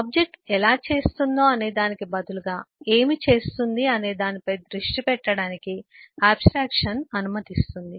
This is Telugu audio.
ఆబ్జెక్ట్ ఎలా చేస్తుందో అనే దానికి బదులుగా ఏమి చేస్తుంది అనే దానిపై దృష్టి పెట్టడానికి ఆబ్స్ట్రాక్షన్ అనుమతిస్తుంది